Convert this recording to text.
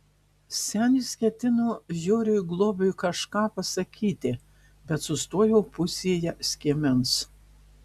senis ketino joriui globiui kažką pasakyti bet sustojo pusėje skiemens